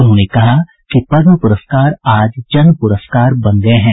उन्होंने कहा कि पद्म पुरस्कार आज जन पुरस्कार बन गए हैं